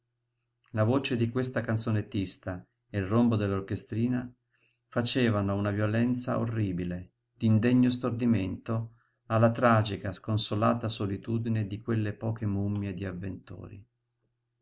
la voce di questa canzonettista e il rombo dell'orchestrina facevano una violenza orribile d'indegno stordimento alla tragica sconsolata solitudine di quelle poche mummie di avventori